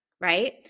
right